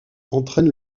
entraîne